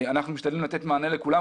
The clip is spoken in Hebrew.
משתדלים לתת מענה לכולם.